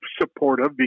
supportive